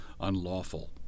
Unlawful